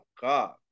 God